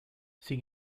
sin